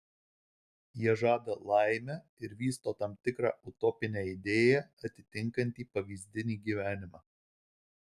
jie žada laimę ir vysto tam tikrą utopinę idėją atitinkantį pavyzdinį gyvenimą